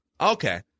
Okay